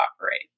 operate